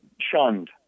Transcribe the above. shunned